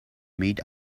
made